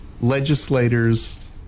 legislators